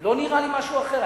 לא נראה לי משהו אחר.